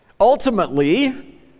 Ultimately